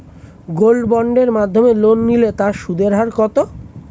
Gold বন্ডের মাধ্যমে loan নিলে তার সুদের হার কত?